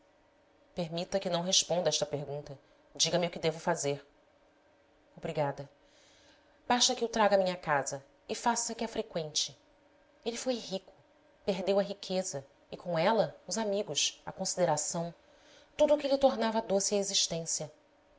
permita que não responda a esta pergunta diga-me o que devo fazer obrigada basta que o traga à minha casa e faça que a freqüente ele foi rico perdeu a riqueza e com ela os amigos a consideração tudo que lhe tornava doce a existência